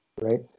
right